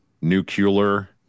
nuclear